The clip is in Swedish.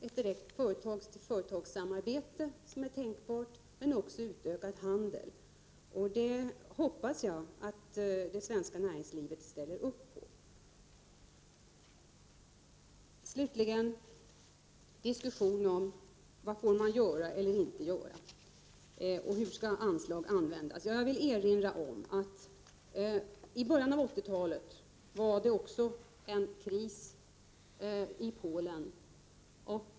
Ett direkt företag-till-företag-samarbete är tänkbart, men också utökad handel. Jag hoppas att det svenska näringslivet ställer upp. Slutligen till diskussionen om vad man får göra eller inte göra och hur anslagen skall användas. Jag vill erinra om att det också i början av 1980-talet var en kris i Polen.